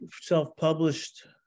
self-published